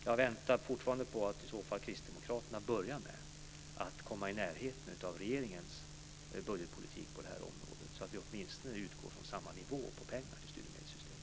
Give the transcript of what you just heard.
Jag väntar fortfarande på att Kristdemokraterna börjar med att komma i närheten av regeringens budgetpolitik på det här området, så att vi åtminstone utgår från samma nivå på pengar till studiemedelssystemet.